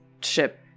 ship